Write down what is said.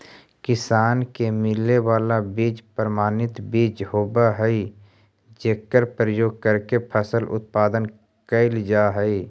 किसान के मिले वाला बीज प्रमाणित बीज होवऽ हइ जेकर प्रयोग करके फसल उत्पादन कैल जा हइ